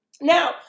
Now